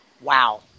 Wow